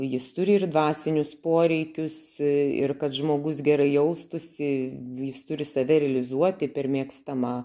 jis turi ir dvasinius poreikius ir kad žmogus gerai jaustųsi v jis turi save realizuoti per mėgstamą